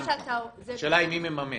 השאלה היא מי מממן.